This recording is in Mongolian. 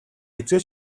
хэзээ